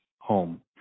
home